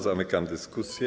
Zamykam dyskusję.